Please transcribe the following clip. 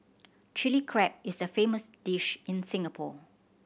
Chilli Crab is a famous dish in Singapore